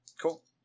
Cool